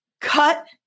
Cut